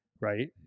right